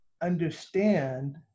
understand